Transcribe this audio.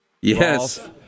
Yes